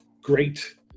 great